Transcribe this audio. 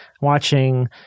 watching